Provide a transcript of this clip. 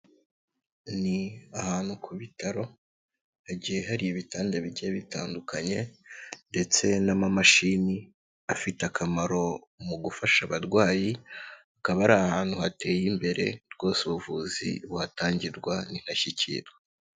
Ni ahantu ku bitaro hagiye hari ibitanda bigiye bitandukanye ndetse n'amamashini afite akamaro mu gufasha abarwayi, akaba ari ahantu hateye imbere rwose ubuvuzi buhatangirwa ni ndashyikirwa.